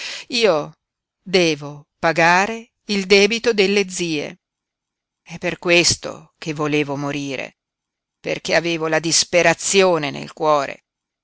io devo pagare il debito delle zie è per questo che volevo morire perché avevo la disperazione nel cuore